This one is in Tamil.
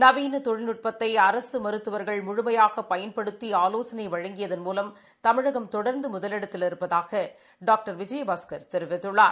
நவீனதொழில்நுட்பத்தைஅரசுமருத்துவர்கள் முழுமையாகசெயல்படுத்திஆலோசனைவழங்கியதன் மூலம் தமிழகம் தொடர்ந்துமுதலிடத்தில் இருப்பதாகவும் டாக்டர் விஜயபாஸ்கர் தெரிவித்துள்ளார்